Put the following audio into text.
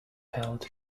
held